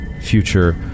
future